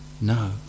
No